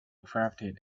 crafted